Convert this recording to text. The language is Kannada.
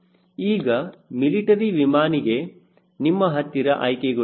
ಈಗ ಮಿಲಿಟರಿ ವಿಮಾನಿಗೆ ನಿಮ್ಮ ಹತ್ತಿರ ಆಯ್ಕೆಗಳು ಇಲ್ಲ